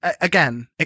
Again